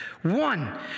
One